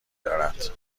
دارد